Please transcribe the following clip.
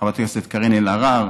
חברת הכנסת קארין אלהרר,